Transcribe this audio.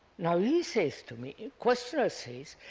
now he says to me, the questioner says,